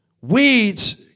Weeds